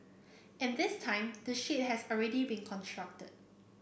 and this time the shade has already been constructed